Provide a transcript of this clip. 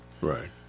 right